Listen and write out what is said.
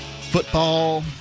football